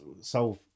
solve